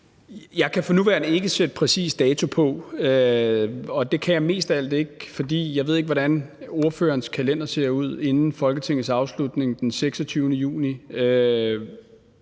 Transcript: Jeg kan for nuværende ikke sætte en præcis dato på, og det kan jeg mest af alt ikke, fordi jeg ikke ved, hvordan ordførerens kalender op til Folketingets afslutning den 26. juni